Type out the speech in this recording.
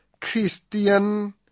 Christian